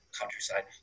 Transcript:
countryside